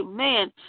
amen